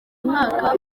mwaka